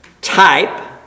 type